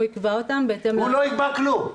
יקבע אותם בהתאם --- הוא לא יקבע כלום.